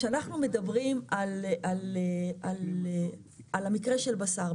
כשאנחנו מדברים על המקרה של בשר,